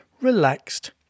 relaxed